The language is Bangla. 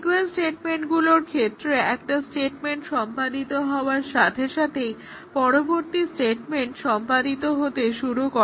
সিক্যুয়েন্স স্টেটমেন্টগুলোর ক্ষেত্রে একটা স্টেটমেন্ট সম্পাদিত হওয়ার সাথে সাথেই পরবর্তী স্টেটমেন্টটি সম্পাদিত হতে শুরু করে